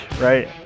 right